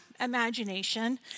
imagination